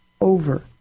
over